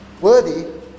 worthy